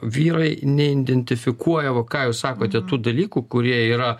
vyrai neidentifikuoja va ką jūs sakote tų dalykų kurie yra